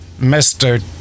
Mr